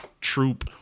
troop